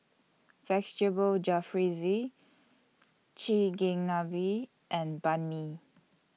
Vegetable Jalfrezi Chigenabe and Banh MI